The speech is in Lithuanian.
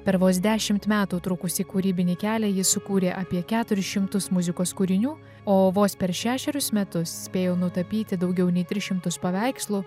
per vos dešimt metų trukusį kūrybinį kelią jis sukūrė apie keturis šimtus muzikos kūrinių o vos per šešerius metus spėjo nutapyti daugiau nei tris šimtus paveikslų